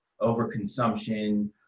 overconsumption